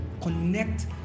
connect